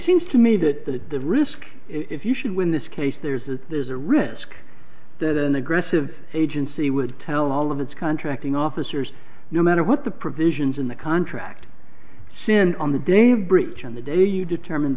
seems to me that the the risk if you should win this case there's a there's a risk that an aggressive agency would tell all of its contracting officers no matter what the provisions in the contract since on the day breach on the day you determine